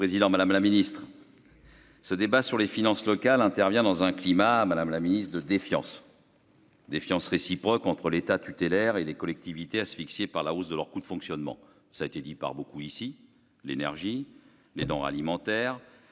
Madame la Ministre. Ce débat sur les finances locales, intervient dans un climat Madame la Ministre de défiance. Défiance réciproque entre l'État tutélaire et les collectivités asphyxiés par la hausse de leurs coûts de fonctionnement, ça a été dit par beaucoup ici, l'énergie, les denrées alimentaires,